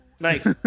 Nice